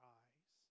eyes